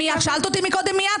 שאלת אותי קודם מי את?